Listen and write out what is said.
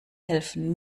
helfen